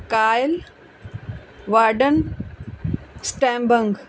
Kyle warden stabbing